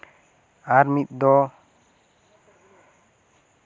ᱟᱨ ᱢᱤᱫ ᱫᱚ